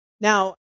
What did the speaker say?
Now